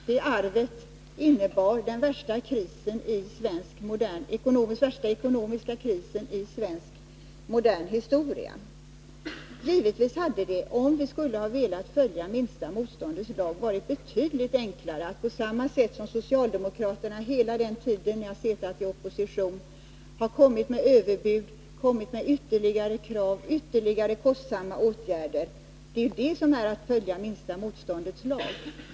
Det arvet innebar att lösa den värsta samhällsekonomiska krisen i modern svensk historia. Givetvis hade det, om vi skulle ha velat följa minsta motståndets lag, varit betydligt enklare att på samma sätt som socialdemokraterna hela den tid ni har suttit i opposition komma med överbud och krav på ytterligare kostsamma åtgärder. Det är det som är att följa minsta motståndets lag.